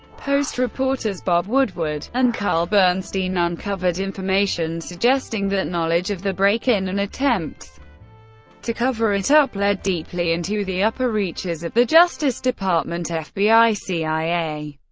post reporters bob woodward and carl bernstein uncovered information suggesting that knowledge of the break-in, and attempts to cover it up, led deeply into the upper reaches of the justice department, ah fbi, cia,